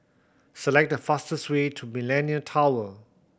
select the fastest way to Millenia Tower